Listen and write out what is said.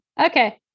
okay